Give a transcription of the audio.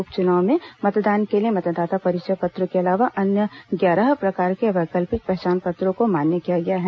उप चुनाव में मतदान के लिए मतदाता परिचय पत्र के अलावा अन्य ग्यारह प्रकार के वैकल्पिक पहचान पत्रों को मान्य किया गया है